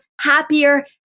happier